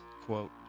quote